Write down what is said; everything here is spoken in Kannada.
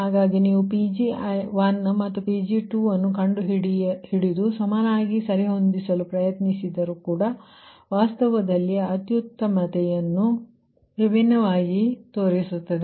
ಹಾಗಾಗಿ ನೀವು Pg1 ಮತ್ತು Pg2 ಅನ್ನು ಕಂಡುಹಿಡಿದು ಸಮವಾಗಿ ಸರಿಹೊಂದಿಸಲು ಪ್ರಯತ್ನಿಸಿದರು ಕೂಡ ವಾಸ್ತವದಲ್ಲಿ ಅತ್ಯುತ್ತಮತೆಯು ವಿಭಿನ್ನವಾಗಿರುತ್ತದೆ